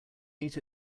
meet